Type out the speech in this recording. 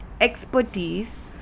expertise